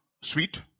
sweet